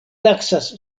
taksas